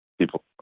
People